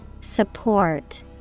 Support